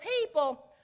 people